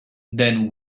then